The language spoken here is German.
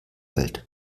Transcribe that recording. welt